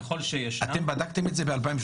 ככול שישנם --- אתם בדקתם את זה ב-2018?